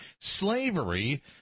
slavery